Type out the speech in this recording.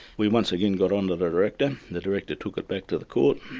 we once again got onto the director, the director took it back to the court,